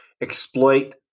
exploit